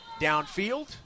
Downfield